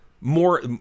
More